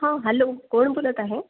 हा हॅलो कोण बोलत आहे